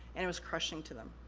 and it was crushing to them.